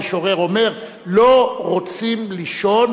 יש גם שירים שהיה המשורר אומר: לא רוצים לישון,